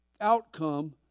outcome